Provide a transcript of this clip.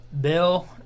Bill